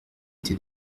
été